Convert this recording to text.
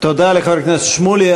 תודה לחבר הכנסת שמולי.